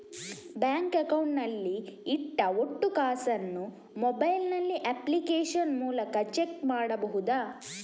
Bank account ನಲ್ಲಿ ಇಟ್ಟ ಒಟ್ಟು ಕಾಸನ್ನು ಮೊಬೈಲ್ ನಲ್ಲಿ ಅಪ್ಲಿಕೇಶನ್ ಮೂಲಕ ಚೆಕ್ ಮಾಡಬಹುದಾ?